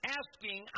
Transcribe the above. asking